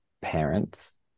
parents